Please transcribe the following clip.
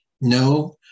No